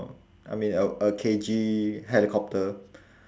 I mean a a K_G helicopter